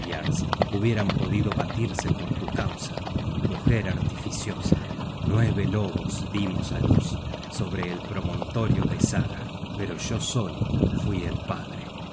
hubieran po dido batirse por tu causa mujer artificiosa nueve lobos dimos á luz sobre el promontorio de saga pero yo solo fui el padre